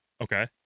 Okay